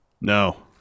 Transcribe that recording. No